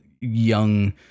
young